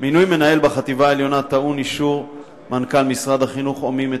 מינוי מנהל בחטיבה העליונה טעון אישור מנכ"ל משרד החינוך או מי מטעמו,